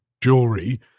jewelry